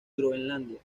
groenlandia